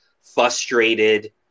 frustrated